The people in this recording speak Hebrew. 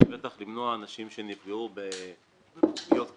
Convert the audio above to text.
בטח למנוע אנשים שנפגעו בפגיעות קשות,